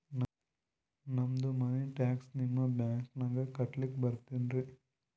ನಮ್ದು money tax ನಿಮ್ಮ ಬ್ಯಾಂಕಿನಾಗ ಕಟ್ಲಾಕ ಬರ್ತದೇನ್ರಿ?